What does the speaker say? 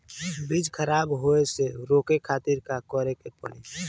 बीज खराब होए से रोके खातिर का करे के पड़ी?